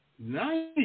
Nice